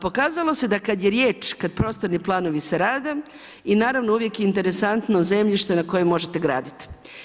Pokazalo se da kad je riječ, kad prostorni planovi se rade i naravno uvijek je interesantno zemljište na kojem možete graditi.